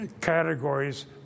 categories